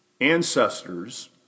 Ancestors